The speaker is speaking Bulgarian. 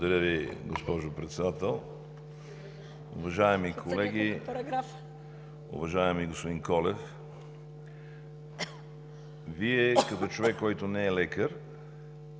Благодаря Ви, госпожо Председател. Уважаеми колеги! Уважаеми господин Колев, Вие като човек, който не е лекар,